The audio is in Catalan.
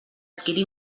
adquirir